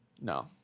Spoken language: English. no